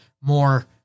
more